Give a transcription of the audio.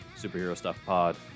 SuperHeroStuffPod